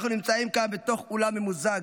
אנחנו נמצאים כאן בתוך אולם ממוזג,